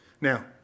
Now